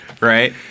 right